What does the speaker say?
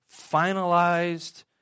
finalized